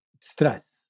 stress